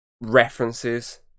references